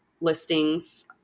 listings